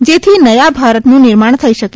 જેથી નયા ભારતનું નિર્માણ થઈ શકે